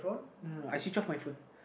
uh I switch off my phone